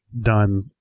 done